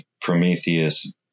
Prometheus